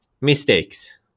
Mistakes